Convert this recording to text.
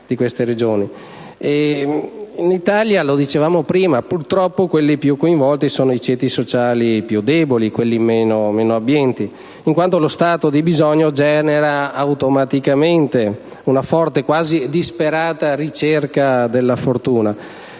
In Italia - lo abbiamo detto prima - quelli più coinvolti purtroppo sono i ceti sociali più deboli e meno abbienti, in quanto lo stato di bisogno genera automaticamente una forte e quasi disperata ricerca della fortuna,